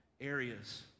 areas